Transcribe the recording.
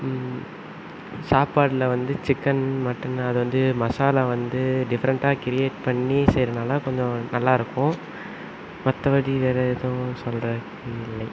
சாப்பாடில் வந்து chicken mutton அது வந்து மசாலா வந்து டிஃப்ரெண்ட்டாக கிரியேட் பண்ணி செய்றதுனால கொஞ்சம் நல்லாயிருக்கும் மற்றபடி வேற எதுவும் சொல்கிறதுக்கு இல்லை